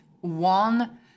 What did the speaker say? one